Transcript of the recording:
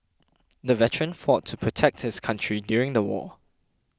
the veteran fought to protect his country during the war